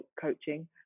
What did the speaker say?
coaching